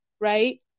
right